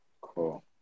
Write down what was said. Cool